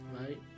Right